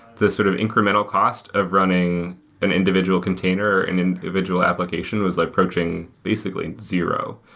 the sort of incremental cost of running an individual container and an individual application was approaching basically zero.